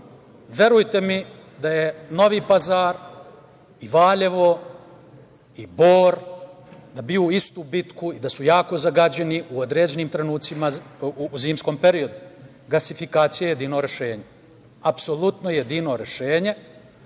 vam. Verujte mi da Novi Pazar i Valjevo i Bor biju istu bitku i da su jako zagađeni u određenim trenucima u zimskom periodu. Gasifikacija je jedino rešenje, apsolutno jedino rešenje.